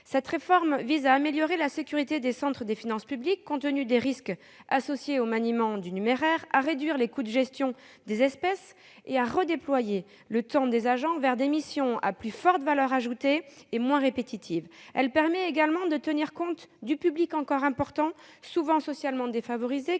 Cette réforme vise à améliorer la sécurité des centres des finances publiques, compte tenu des risques associés au maniement du numéraire, à réduire les coûts de gestion des espèces et à redéployer le temps des agents vers des missions à plus forte valeur ajoutée et moins répétitives. Elle permet également de tenir compte du public encore important, souvent socialement défavorisé,